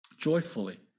joyfully